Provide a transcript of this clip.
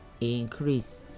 increase